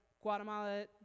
Guatemala